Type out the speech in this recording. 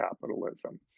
capitalism